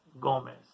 Gomez